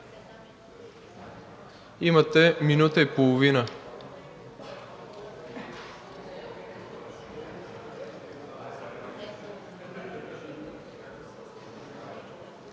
имате минута и половина.